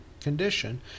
condition